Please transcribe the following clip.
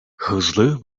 hızlı